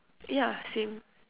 yeah same